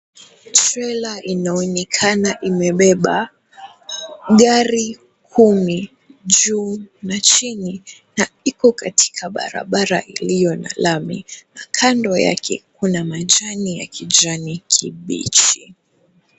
Trela inaonekana imebeba gari kumi juu na chini na ipo katika barabara iliyo na lami. Kando yake kuna majani ya kijani kibichi.